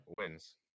wins